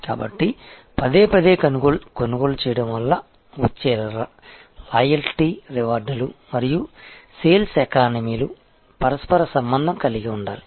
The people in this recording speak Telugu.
కాబట్టి పదేపదే కొనుగోలు చేయడం వల్ల వచ్చే లాయల్టీ రివార్డులు మరియు సేల్స్ ఎకానమీలు పరస్పర సంబంధం కలిగి ఉండాలి